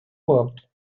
world